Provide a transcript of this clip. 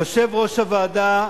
ליושב-ראש הוועדה,